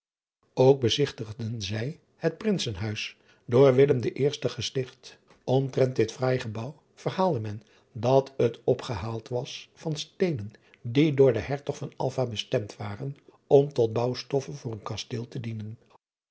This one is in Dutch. ok bezigtigden zij het rinsen uis door gesticht mtrent dit fraai gebouw verhaalde men dat het opgehaald was van steenen die door den ertog bestemd waren om tot bouwstoffe voor een kasteel te dienen